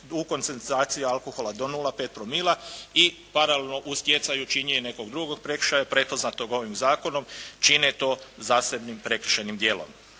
u koncentraciji alkohola do 0,5 promila i paralelno …/Govornik se ne razumije./… nekog drugog od prekršaja prepoznatog ovim zakonom, čine to zasebnim prekršajnim dijelom.